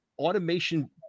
Automation